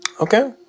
Okay